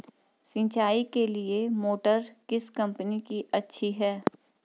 सिंचाई के लिए मोटर किस कंपनी की अच्छी है?